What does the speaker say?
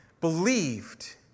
believed